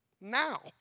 Now